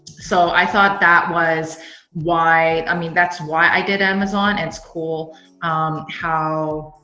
so i thought that was why, i mean that's why i did amazon. and it's cool how